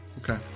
Okay